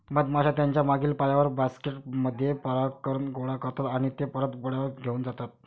मधमाश्या त्यांच्या मागील पायांवर, बास्केट मध्ये परागकण गोळा करतात आणि ते परत पोळ्यावर घेऊन जातात